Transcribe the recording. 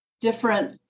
different